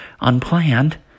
unplanned